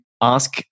ask